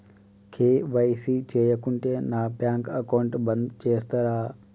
KYC చేయకుంటే నా bank account బంద్ చేస్తరా?